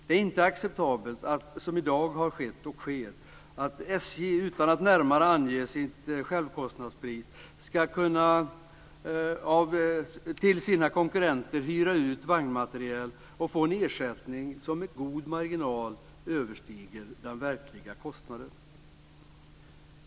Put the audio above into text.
Det är inte acceptabelt att SJ, som har skett och som sker i dag, utan att närmare ange sitt självkostnadspris till sina konkurrenter ska kunna hyra ut vagnmateriel och få en ersättning som med god marginal överstiger den verkliga kostnaden.